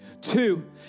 Two